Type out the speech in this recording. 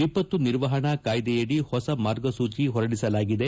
ವಿಪತ್ತು ನಿರ್ವಹಣಾ ಕಾಯ್ದೆಯಡಿ ಹೊಸ ಮಾರ್ಗಸೂಚಿ ಹೊರಡಿಸಲಾಗಿದೆ